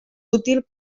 útil